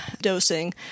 dosing